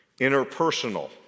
interpersonal